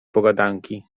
pogadanki